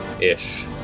ish